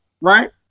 right